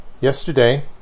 Yesterday